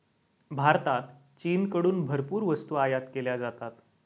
भारतात चीनकडून भरपूर वस्तू आयात केल्या जातात